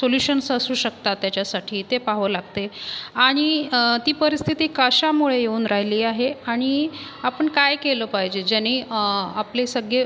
solutions असू शकतात त्याच्यासाठी ते पहावं लागतंय आणि ती परिस्थिती कशामुळे येऊन राहिली आहे आणि आपण काय केलं पाहिजे ज्यानी आपले सगळे